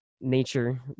nature